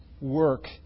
work